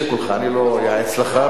אני לא מייעץ לך בעניין.